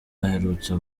aherutse